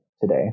today